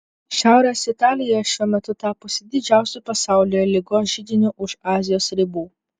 šiaurės italija šiuo metu tapusi didžiausiu pasaulyje ligos židiniu už azijos ribų